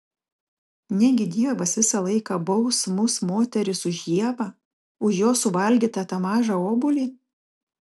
negi dievas visą laiką baus mus moteris už ievą už jos suvalgytą tą mažą obuolį